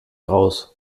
raus